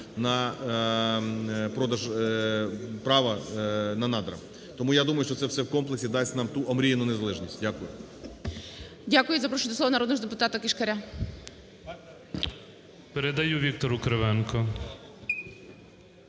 на продаж права на надра. Тому я думаю, що це все в комплексі дасть нам ту омріяну незалежність. Дякую. ГОЛОВУЮЧИЙ. Дякую. Запрошую до слова народного депутатаКишкаря. 10:54:33 КИШКАР П.М. Передаю Віктору Кривенку.